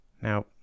Now